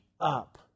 up